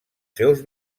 seus